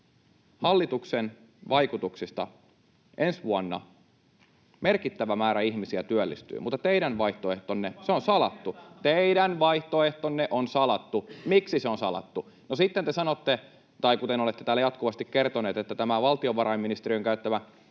Hallituksen vaikutuksesta ensi vuonna merkittävä määrä ihmisiä työllistyy, mutta teidän vaihtoehtonne on salattu. Teidän vaihtoehtonne on salattu. Miksi se on salattu? No, sitten te olette täällä jatkuvasti kertoneet, että valtiovarainministeriön käyttämässä